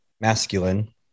masculine